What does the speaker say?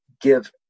give